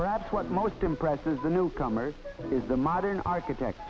perhaps what most impresses the newcomers is the modern architect